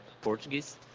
portuguese